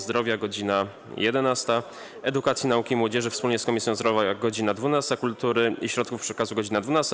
Zdrowia - godz. 11, - Edukacji, Nauki i Młodzieży wspólnie z Komisją Zdrowia - godz. 12, - Kultury i Środków Przekazu - godz. 12,